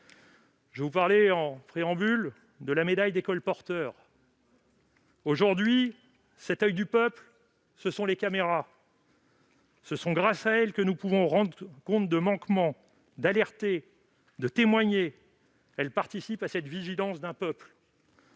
Je vous parlais en préambule de la médaille des colporteurs. Aujourd'hui, cet oeil du peuple, ce sont les caméras. C'est grâce à elles que nous pouvons rendre compte de manquements, alerter, témoigner. Elles participent à la vigilance du peuple.